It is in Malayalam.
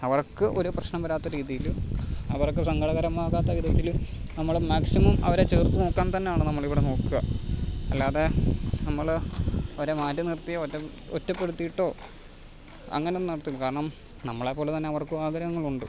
അവർക്ക് ഒരു പ്രശ്നം വരാത്ത രീതിയിൽ അവർക്ക് സങ്കടകരമാകാത്ത വിധത്തിൽ നമ്മൾ മാക്സിമം അവരെ ചേർത്ത് നോക്കാൻ തന്നെയാണ് നമ്മളിവിടെ നോക്കുക അല്ലാതെ നമ്മൾ അവരെ മാറ്റിനിർത്തിയോ ഒറ്റപ്പെടുത്തിയിട്ടോ അങ്ങനെയൊന്നും നടത്തില്ല കാരണം നമ്മളെപ്പോലെതന്നെ അവർക്കും ആഗ്രഹങ്ങളുണ്ട്